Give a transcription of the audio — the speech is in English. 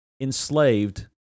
enslaved